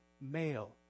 male